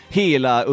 hela